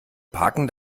parken